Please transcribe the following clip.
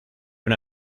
una